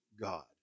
God